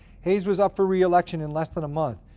hayes was up for re-election in less than a month,